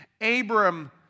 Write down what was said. Abram